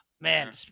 Man